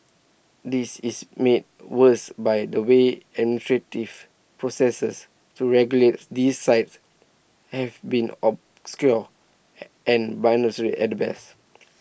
this is made worse by the way processes to regulate these sites have been obscure and at best